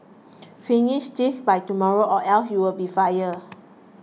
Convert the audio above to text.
finish this by tomorrow or else you'll be fired